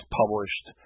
published